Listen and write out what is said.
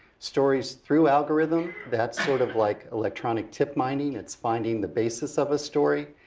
stories through algorithm, that's sort of like electronic tip mining, it's finding the basis of a story.